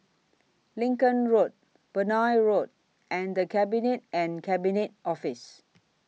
Lincoln Road Benoi Road and The Cabinet and Cabinet Office